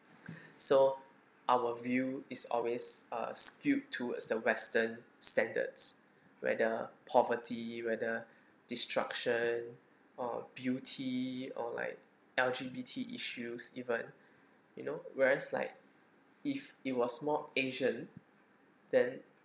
so our view is always uh skewed towards the western standards whether poverty whether destruction or beauty or like L_G_B_T issues even you know whereas like if it was more asian then